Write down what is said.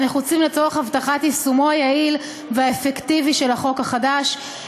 הנחוצים לצורך הבטחת יישומו היעיל והאפקטיבי של החוק החדש.